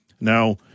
Now